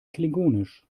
klingonisch